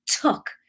took